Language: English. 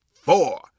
four